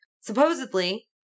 supposedly